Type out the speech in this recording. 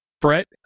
Brett